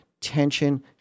tension